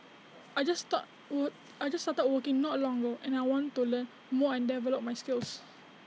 I just start I just started working not long ago and I want to learn more and develop my skills